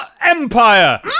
Empire